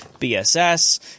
BSS